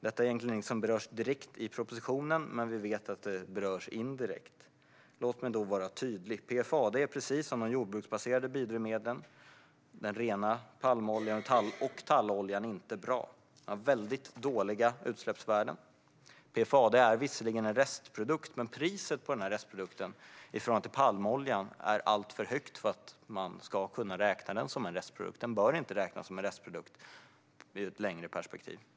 Detta är egentligen inget som berörs direkt i propositionen, men vi vet att det berörs indirekt. Låt mig då vara tydlig. PFAD är precis som de jordbruksbaserade biodrivmedlen, den rena palmoljan och talloljan inte bra. Den har väldigt dåliga utsläppsvärden. PFAD är visserligen en restprodukt, men priset på denna restprodukt i förhållande till palmoljan är alltför högt för att man ska kunna räkna den som en restprodukt. Den bör inte räknas som en restprodukt i ett längre perspektiv.